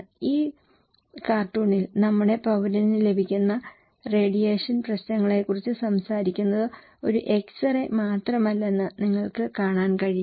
ഈ കാർട്ടൂണിൽ നമ്മുടെ പൌരന് ലഭിക്കുന്ന റേഡിയേഷൻ പ്രശ്നങ്ങളെക്കുറിച്ച് സംസാരിക്കുന്നത് ഒരു എക്സ് റേ മാത്രമല്ലെന്ന് നിങ്ങൾക്ക് കാണാൻ കഴിയും